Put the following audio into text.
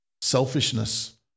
selfishness